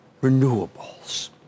Renewables